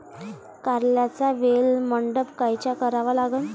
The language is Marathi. कारल्याचा वेल मंडप कायचा करावा लागन?